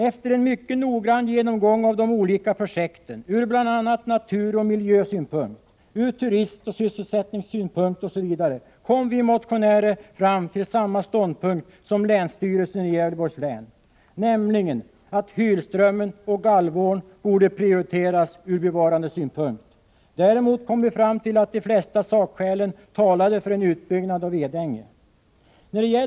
Efter en mycket noggrann genomgång av de olika projekten från bl.a. naturoch miljösynpunkt, från turismoch sysselsättningssynpunkt osv. kom vi motionärer fram till samma ståndpunkt som länsstyrelsen i Gävleborgs län, nämligen att Hylströmmen och Galvån borde prioriteras från bevarandesynpunkt. De flesta sakskälen talade däremot för en utbyggnad av Edänge.